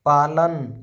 पालन